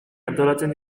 antolatzen